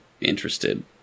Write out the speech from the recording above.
interested